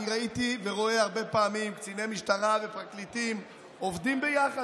אני ראיתי ורואה הרבה פעמים קציני משטרה ופרקליטים עובדים ביחד,